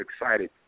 excited